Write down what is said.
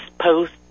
post